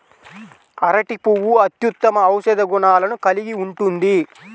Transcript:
అరటి పువ్వు అత్యుత్తమ ఔషధ గుణాలను కలిగి ఉంటుంది